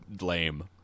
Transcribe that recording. lame